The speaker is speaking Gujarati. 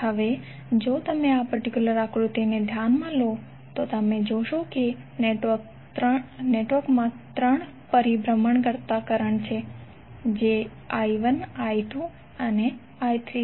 હવે જો તમે આ પર્ટિક્યુલર આકૃતિને ધ્યાનમાં લો તો તમે ત્યાં જોશો કે નેટવર્કમાં 3 પરિભ્રમણ કરતા કરંટ છે જે I1 I2 અને I3 છે